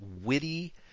witty